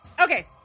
okay